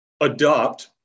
adopt